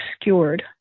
obscured